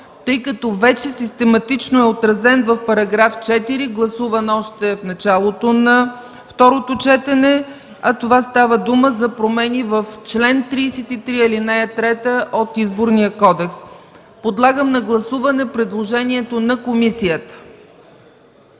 тъй като вече систематично е отразен в § 4, гласуван още в началото на второто четене, а става дума за промени в чл. 33, ал. 3 от Изборния кодекс. Подлагам на гласуване предложението на комисията.